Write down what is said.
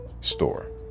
store